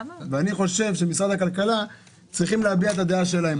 אני חושב שמשרד הכלכלה צריך להביע את הדעה שלהם פה.